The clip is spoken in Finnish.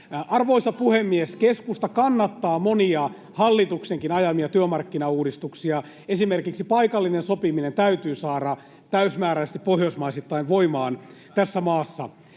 Arvoisa puhemies! Keskusta kannattaa monia hallituksenkin ajamia työmarkkinauudistuksia. Esimerkiksi paikallinen sopiminen täytyy saada täysmääräisesti pohjoismaisittain voimaan tässä maassa.